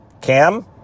Cam